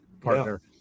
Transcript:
partner